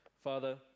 Father